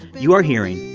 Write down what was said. you're hearing,